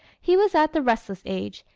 he was at the restless age,